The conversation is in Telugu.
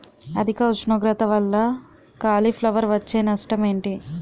అధిక ఉష్ణోగ్రత వల్ల కాలీఫ్లవర్ వచ్చే నష్టం ఏంటి?